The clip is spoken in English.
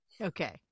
okay